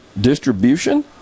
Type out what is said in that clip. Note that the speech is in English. distribution